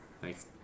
Thanks